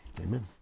amen